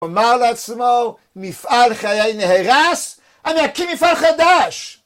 אמר לעצמו, מפעל חיי נהרס, אני אקים מפעל חדש!